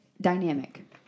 dynamic